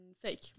Fake